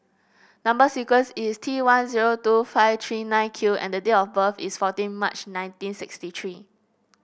number sequence is T one zero two five three nine Q and date of birth is fourteen March nineteen sixty three